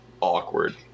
awkward